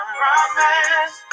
promise